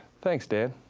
thanks, dad.